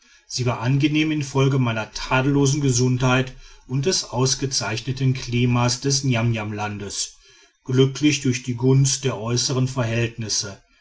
sie war angenehm infolge meiner tadellosen gesundheit und des ausgezeichneten klimas des niamniamlandes glücklich durch die gunst der äußern verhältnisse